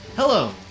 Hello